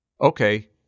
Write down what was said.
Okay